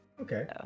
Okay